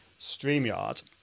StreamYard